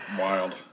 Wild